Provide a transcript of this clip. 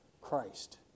Christ